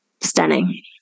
stunning